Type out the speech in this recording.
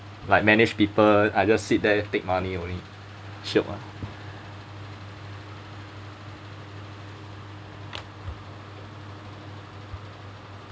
like manage people I just sit there take money only syiok ah